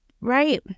Right